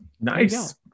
Nice